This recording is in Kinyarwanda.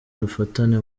dufatane